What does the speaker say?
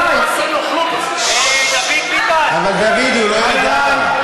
אבל דוד, הוא לא ידע.